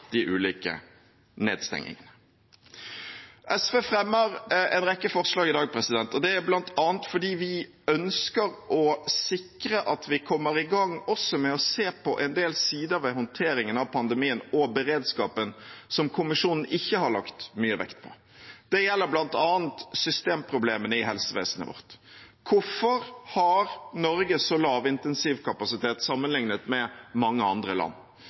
de ulike nedstengingene. SV fremmer en rekke forslag i dag, og det er bl.a. fordi vi ønsker å sikre at vi også kommer i gang med å se på en del sider ved håndteringen av pandemien og beredskapen som kommisjonen ikke har lagt mye vekt på. Det gjelder bl.a. systemproblemene i helsevesenet vårt. Hvorfor har Norge så lav intensivkapasitet sammenliknet med mange andre land?